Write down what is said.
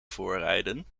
voorrijden